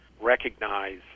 recognize